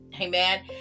Amen